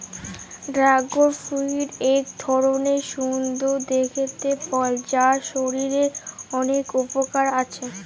dragon fruit এক ধরলের সুন্দর দেখতে ফল যার শরীরের অলেক উপকার আছে